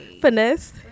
Finesse